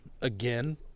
again